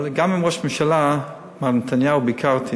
גם עם ראש הממשלה מר נתניהו ביקרתי